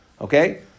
Okay